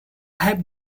have